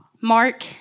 Mark